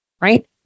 Right